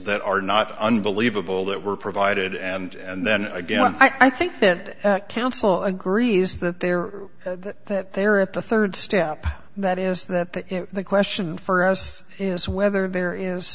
that are not unbelievable that were provided and then again i think that council agrees that they're that they're at the third step that is that the question for us is whether there is